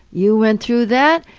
you went through that?